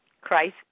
Christ